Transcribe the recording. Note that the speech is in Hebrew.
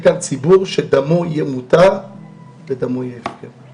ציבור שדמו יהיה מותר ודמו יהיה הפקר.